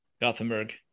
Gothenburg